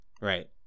Right